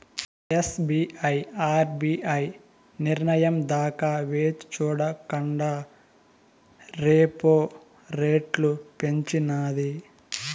SBI RBI నిర్నయం దాకా వేచిచూడకండా రెపో రెట్లు పెంచినాది